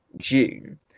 June